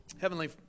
Heavenly